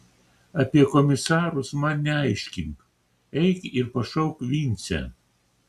apie komisarus man neaiškink eik ir pašauk vincę